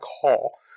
call